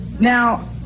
Now